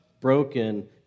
broken